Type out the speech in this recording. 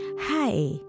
hi